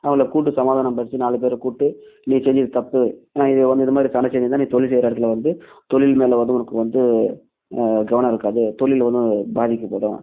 அவங்கள கூப்பிட்டு சமாதானப்படுத்தி நாலு பேரை கூப்பிட்டு நீ செஞ்சது தப்பு நான் இதை வந்து இதுமாதிரி சண்டை செஞ்சினால் நீ தொழில் செய்கிற இடத்துல வந்து தொழில் மேலே வந்து உனக்கு வந்து கவனம் இருக்காது தொழில் வந்து பாதிக்கப்படும்